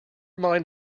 mind